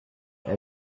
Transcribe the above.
that